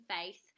faith